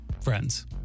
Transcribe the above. Friends